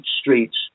streets